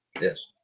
yes